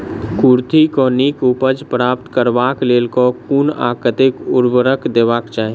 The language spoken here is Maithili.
कुर्थी केँ नीक उपज प्राप्त करबाक लेल केँ कुन आ कतेक उर्वरक देबाक चाहि?